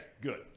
good